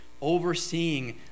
overseeing